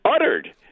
uttered